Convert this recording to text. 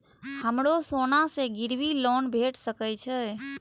हमरो सोना से गिरबी लोन भेट सके छे?